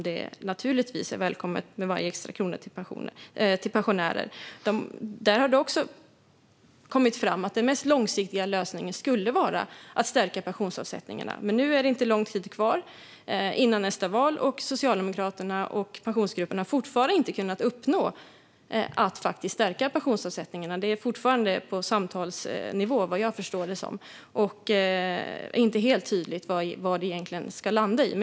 Det har kommit fram att den mest långsiktiga lösningen skulle vara att stärka pensionsavsättningarna. Men nu är det inte lång tid kvar till nästa val, och Socialdemokraterna och Pensionsgruppen har fortfarande inte kunnat uppnå att faktiskt stärka pensionsavsättningarna. Det är fortfarande på samtalsnivå, vad jag förstår, och det är inte helt tydligt vad det ska landa i.